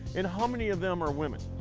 and how many of them are women?